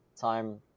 time